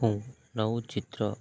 હું